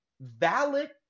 valid